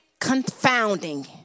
confounding